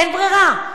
אין ברירה.